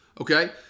Okay